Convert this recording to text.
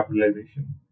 capitalization